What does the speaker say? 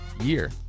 year